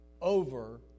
over